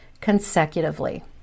consecutively